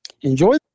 Enjoy